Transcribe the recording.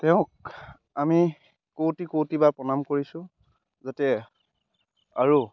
তেওঁক আমি কৌটি কৌটি বাৰ প্ৰণাম কৰিছোঁ যাতে আৰু